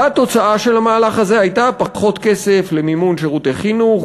והתוצאה של המהלך הזה הייתה פחות כסף למימון שירותי חינוך,